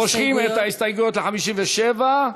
מושכים את ההסתייגויות ל-57.